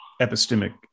epistemic